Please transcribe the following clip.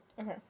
okay